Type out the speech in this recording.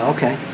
Okay